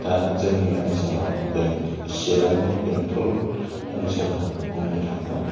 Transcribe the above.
दा जोंनि ओनसोलाव बे चिरांनि बेंटल ओनसोलाव बुंनो थाङोबा